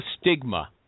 stigma